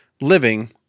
living